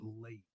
late